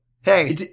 Hey